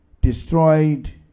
destroyed